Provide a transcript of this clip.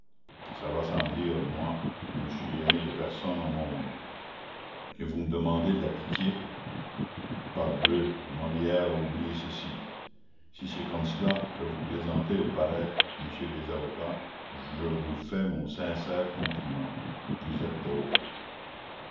ça va sans dire moi je ne suis aimé de personne au monde et vous me demandez de la pitié parbleu molière a oublié ceci si c'est comme cela que vous plaisantez au palais messieurs les avocats je vous fais mon sincère compliment vous êtes drôles